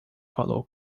falou